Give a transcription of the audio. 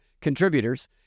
contributors